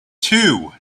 two